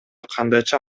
кандайча